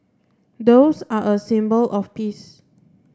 doves are a symbol of peace